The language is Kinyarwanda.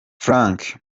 frank